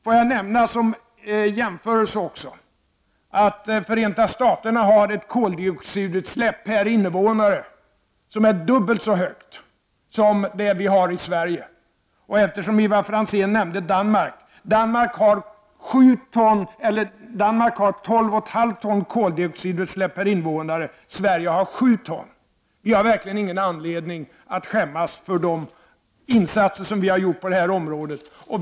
Får jag också som jämförelse nämna att Förenta Staternas koldioxidutsläpp per invånare är dubbelt så högt som det vi har i Sverige. Och eftersom Ivar Franzén nämnde Danmark vill jag tillägga att Danmarks koldioxidut släpp per invånare är 12,5 ton, medan Sveriges är 7 ton. Vi har verkligen ingen anledning att skämmas för de insatser som vi har gjort på det här området.